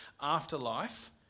afterlife